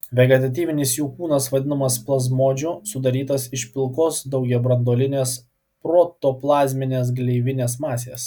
vegetatyvinis jų kūnas vadinamas plazmodžiu sudarytas iš plikos daugiabranduolės protoplazminės gleivinės masės